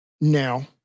now